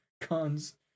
Cons